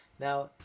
Now